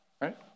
right